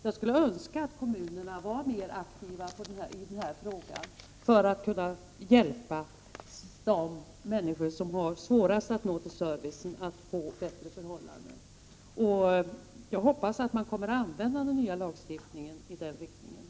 Jag skulle önska att kommunerna var mer aktiva i den här frågan för att kunna hjälpa de människor som har svårast att nå service att få bättre förhållanden. Jag hoppas att man kommer att använda den nya lagstiftningen i den riktningen.